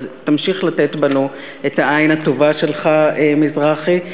אז תמשיך לתת בנו את העין הטובה שלך, מזרחי.